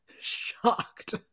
shocked